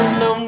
no